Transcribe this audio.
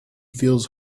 feels